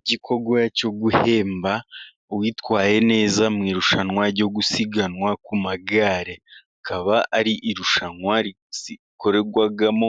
igikorwa cyo guhemba uwitwaye neza mu irushanwa ryo gusiganwa ku magare. Akaba ari irushanwa rikorerwamo